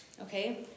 okay